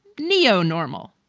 neo normal.